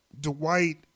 Dwight